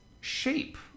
shape